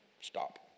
Stop